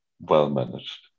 well-managed